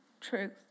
Truth